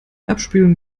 abspülen